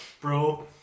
Bro